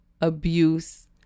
abuse